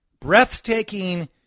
Breathtaking